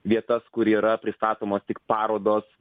vietas kur yra pristatomos tik parodos